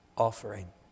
offering